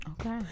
okay